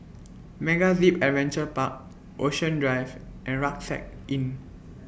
MegaZip Adventure Park Ocean Drive and Rucksack Inn